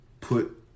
put